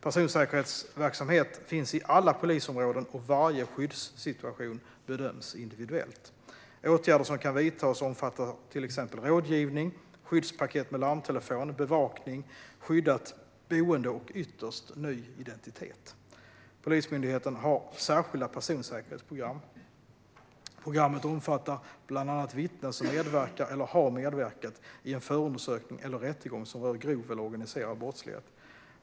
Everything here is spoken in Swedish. Personsäkerhetsverksamhet finns i alla polisområden, och varje skyddssituation bedöms individuellt. Åtgärder som kan vidtas omfattar till exempel rådgivning, skyddspaket med larmtelefon, bevakning, skyddat boende och ytterst ny identitet. Polismyndigheten har särskilda personsäkerhetsprogram. Programmet omfattar bland annat vittnen som medverkar eller har medverkat i en förundersökning eller rättegång som rör grov eller organiserad brottslighet.